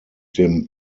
dem